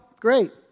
great